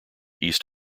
east